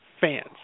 fans